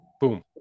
Boom